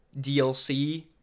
DLC